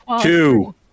two